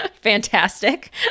fantastic